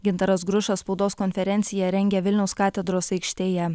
gintaras grušas spaudos konferenciją rengia vilniaus katedros aikštėje